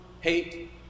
hate